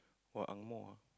!wah! angmoh ah